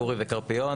בורי וקרפיון.